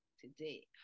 today